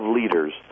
leaders